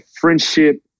friendship